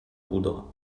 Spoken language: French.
poudres